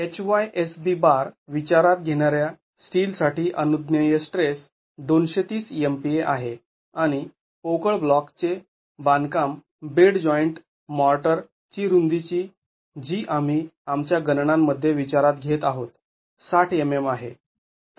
HYSB bar विचारात घेणार्या steel साठी अनुज्ञेय स्ट्रेस २३० MPa आहे आणि पोकळ ब्लॉक चे बांधकाम बेड जॉईंट मॉर्टर ची रुंदी जी आम्ही आमच्या गणनांमध्ये विचारात घेत आहोत ६० mm आहे